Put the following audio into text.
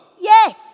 yes